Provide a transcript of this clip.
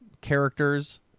characters